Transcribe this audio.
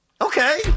Okay